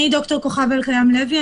אני ד"ר כוכב אלקיים לוי,